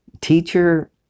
Teacher